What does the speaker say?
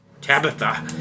Tabitha